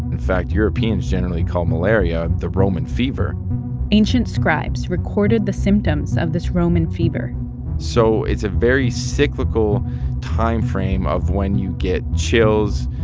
in fact, europeans generally call malaria the roman fever ancient scribes recorded the symptoms of this roman fever so it's a very cyclical timeframe of when you get chills,